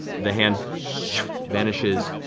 the hand vanishes,